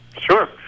Sure